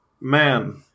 Man